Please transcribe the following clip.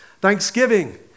thanksgiving